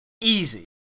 easy